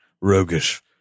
roguish